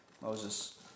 Moses